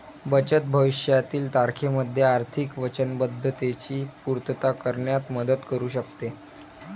बचत भविष्यातील तारखेमध्ये आर्थिक वचनबद्धतेची पूर्तता करण्यात मदत करू शकते